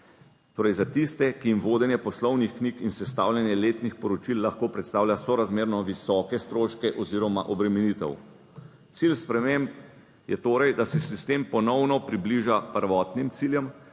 torej za tiste, ki jim vodenje poslovnih knjig in sestavljanje letnih poročil lahko predstavlja sorazmerno visoke stroške oziroma obremenitev. Cilj sprememb je torej, da se sistem ponovno približa prvotnim ciljem